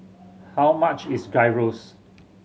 how much is Gyros